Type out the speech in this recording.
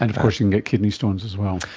and of course you can get kidney stones as well.